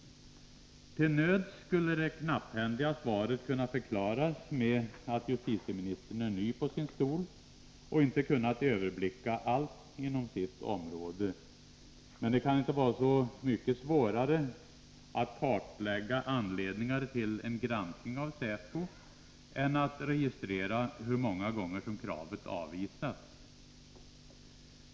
Till nöds skulle det knapphändiga svaret kunna förklaras med att justitieministern är ny på sin stol och inte kunnat överblicka allt inom sitt område. Men det kan inte vara så mycket svårare att kartlägga anledningarna till en granskning av säpo än att registrera hur många gånger som kravet avvisats.